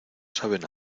saben